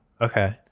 okay